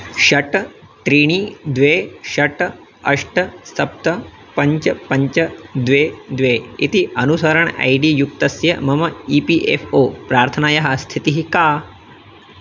षट् त्रीणि द्वे षट् अष्ट सप्त पञ्च पञ्च द्वे द्वे इति अनुसरण ऐ डी युक्तस्य मम ई पी एफ़् ओ प्रार्थनायाः स्थितिः का